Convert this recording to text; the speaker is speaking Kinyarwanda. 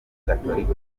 gatolika